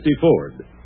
Ford